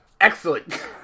Excellent